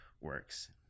works